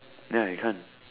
ya you can't